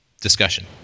discussion